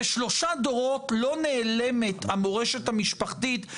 בשלושה דורות לא נעלמת המורשת המשפחתית,